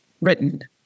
written